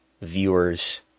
viewers